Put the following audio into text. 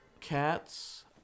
cats